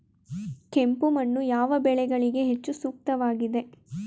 ಕೆಂಪು ಮಣ್ಣು ಯಾವ ಬೆಳೆಗಳಿಗೆ ಹೆಚ್ಚು ಸೂಕ್ತವಾಗಿದೆ?